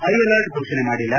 high alert ಘೋಷಣೆ ಮಾಡಿಲ್ಲ